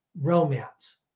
romance